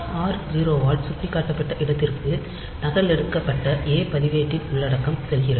r0 ஆல் சுட்டிக்காட்டப்பட்ட இடத்திற்கு நகலெடுக்கப்பட்ட ஏ பதிவேட்டின் உள்ளடக்கம் செல்கிறது